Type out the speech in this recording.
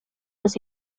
los